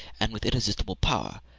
and with irresistible power,